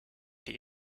die